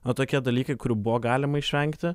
na tokie dalykai kurių buvo galima išvengti